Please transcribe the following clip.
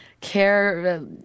care